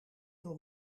door